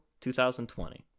2020